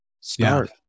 start